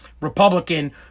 Republican